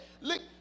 Look